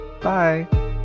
Bye